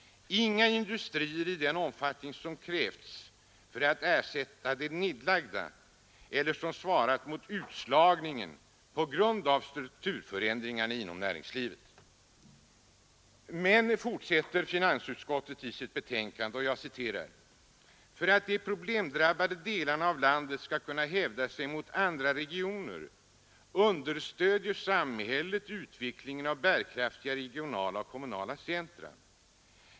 Industrier har inte tillkommit i den omfattning som krävts för att ersätta de nedlagda eller som svarat mot utslagningen på grund av strukturförändringarna inom näringslivet. Finansutskottet fortsätter i sitt betänkande: ”För att de problemdrabbade delarna av landet skall kunna hävda sig mot andra regioner understödjer samhället utvecklingen av bärkraftiga regionala och kommunala centra.